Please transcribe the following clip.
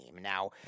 Now